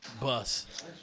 bus